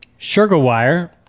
Sugarwire